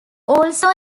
also